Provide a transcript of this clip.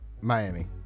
Miami